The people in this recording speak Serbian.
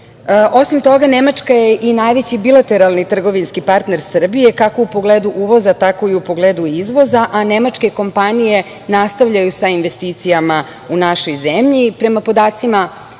toga, Nemačka je i najveći bilateralni trgovinski partner Srbije kako u pogledu uvoza, tako i u pogledu izvoza, a nemačke kompanije nastavljaju sa investicijama u našoj zemlji. Prema podacima Privredne